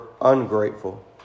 ungrateful